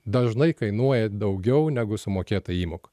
dažnai kainuoja daugiau negu sumokėta įmoka